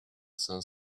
cinq